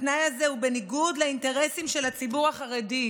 התנאי הזה הוא בניגוד לאינטרסים של הציבור החרדי,